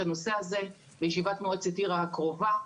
הנושא הזה בישיבת מועצת העיר הקרובה.